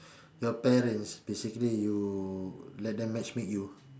your parents basically you let them match make you